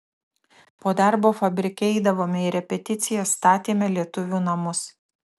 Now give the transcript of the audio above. po darbo fabrike eidavome į repeticijas statėme lietuvių namus